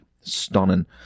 stunning